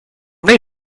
many